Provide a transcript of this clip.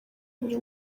buri